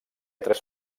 tres